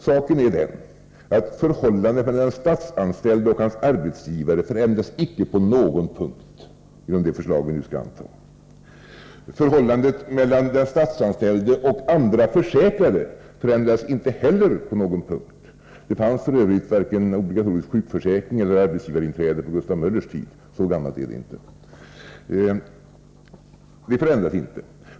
Saken är den att förhållandet mellan den statsanställde och hans arbetsgivare icke på någon punkt förändras genom det förslag vi nu skall anta. Förhållandet mellan den statsanställde och andra försäkrade förändras inte heller på någon punkt. Det fanns f.ö. varken obligatorisk sjukförsäkring eller arbetsgivarinträde på Gustav Möllers tid; så gammalt är det inte.